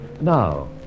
Now